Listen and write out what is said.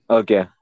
okay